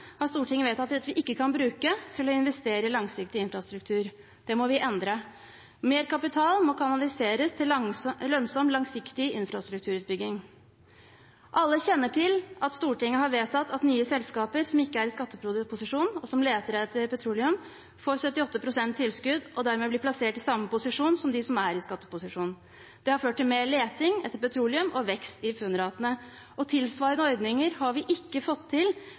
har Stortinget vedtatt at vi ikke kan bruke til å investere i langsiktig infrastruktur. Dette må vi endre. Mer kapital må kanaliseres til lønnsom, langsiktig infrastrukturutbygging. Alle kjenner til at Stortinget har vedtatt at nye selskaper som ikke er i skatteposisjon, og som leter etter petroleum, skal få 78 pst. tilskudd og dermed bli plassert i samme posisjon som de som er i skatteposisjon. Dette har ført til mer leting etter petroleum og vekst i funnratene. Tilsvarende ordninger har vi ikke fått til